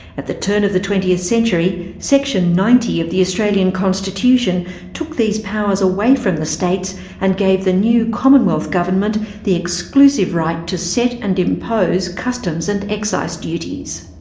at the turn of the twentieth century, section ninety of the australian constitution took these powers away from the states and gave the new commonwealth government the exclusive right to set and impose customs and excise duties.